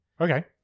Okay